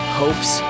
hopes